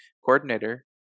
coordinator